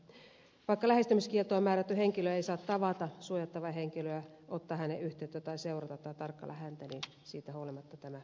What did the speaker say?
vaikka lähestymiskieltoon määrätty henkilö ei saa tavata suojeltavaa henkilöä ottaa häneen yhteyttä tai seurata tai tarkkailla häntä niin siitä huolimatta tämä ei toimi